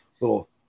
little